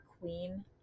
queen